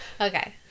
Okay